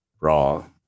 raw